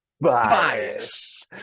bias